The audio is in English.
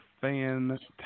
fantastic